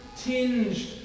tinged